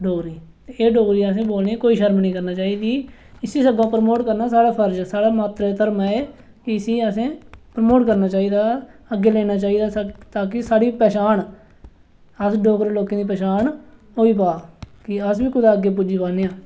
एह् डोगरी बोलने गी असें कोई शर्म निं करना चाहिदी इस्सी सगुआं प्रमोट करना साढ़ा फर्ज साढ़ा मात्तरधर्म ऐ एह् कि इसी असें प्रमोट करना चाहिदा अग्गें लैना चाहिदा ता की साढ़ी पंछान अस डोगरे लोकें दी पंछान होई जा ते अस बी कुतै अग्गें पुज्जी पान्ने आं